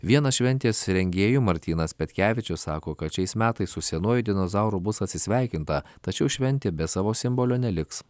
vienas šventės rengėjų martynas petkevičius sako kad šiais metais su senuoju dinozauru bus atsisveikinta tačiau šventė be savo simbolio neliks